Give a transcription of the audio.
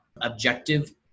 objective